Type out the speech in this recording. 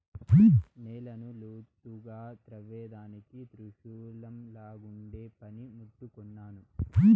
నేలను లోతుగా త్రవ్వేదానికి త్రిశూలంలాగుండే పని ముట్టు కొన్నాను